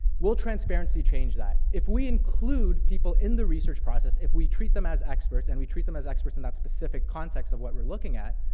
will transparency change that? if we include people in the research process, if we treat them as experts, and we treat them as experts in that specific context of what we're looking at,